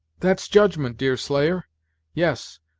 that's judgment, deerslayer yes,